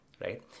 right